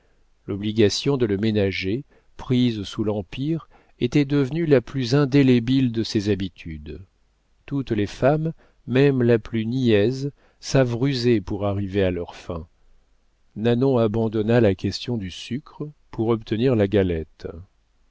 l'obligation de le ménager prise sous l'empire était devenue la plus indélébile de ses habitudes toutes les femmes même la plus niaise savent ruser pour arriver à leurs fins nanon abandonna la question du sucre pour obtenir la galette